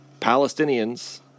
Palestinians